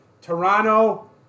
Toronto